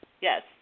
yes